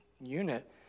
unit